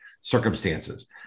circumstances